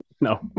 No